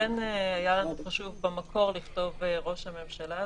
לכן היה לנו חשוב במקור לכתוב "ראש הממשלה".